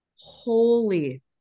holy